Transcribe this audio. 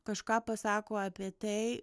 kažką pasako apie tai